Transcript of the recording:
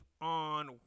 on